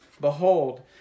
Behold